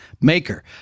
maker